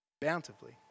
bountifully